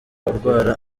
urwara